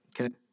okay